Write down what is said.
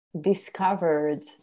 discovered